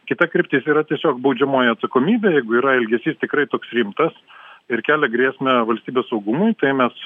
kita kryptis yra tiesiog baudžiamoji atsakomybė jeigu yra elgesys tikrai toks rimtas ir kelia grėsmę valstybės saugumui tai mes